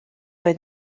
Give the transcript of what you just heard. oedd